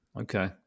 Okay